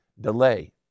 delay